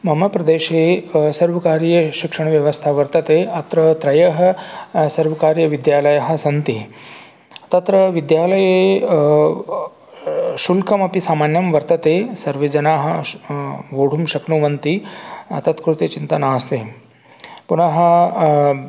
मम प्रदेशे सर्वकार्ये शिक्षणव्यवस्था वर्तते अत्र त्रयः सर्वकार्यविद्यालयाः सन्ति तत्र विद्यालये शुल्कमपि सामान्यं वर्तते सर्वे जनाः वोढुं शक्नुवन्ति तत्कृते चिन्ता नास्ति पुनः